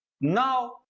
Now